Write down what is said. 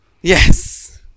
Yes